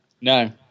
No